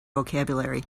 vocabulary